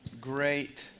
great